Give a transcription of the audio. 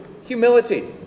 humility